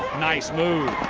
nice move.